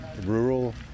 rural